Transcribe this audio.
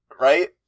right